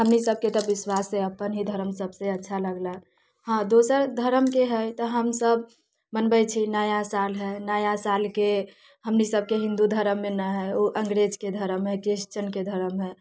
हमनी सबके तऽ विश्वास हय अपन ही धरम सबसँ अच्छा लगलक हँ दोसरक धरमके हय तऽ हमसब मनबै छी नया साल हय नया सालके हमनी सबके हिन्दू धरममे ना हय उ अंग्रेजके धरम हय क्रिस्चनके धरम हय